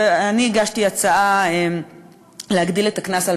ואני הגשתי הצעה להגדיל את הקנס במקרים של